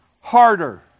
harder